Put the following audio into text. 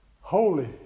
holy